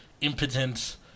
impotent